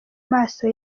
maso